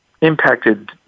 impacted